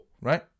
right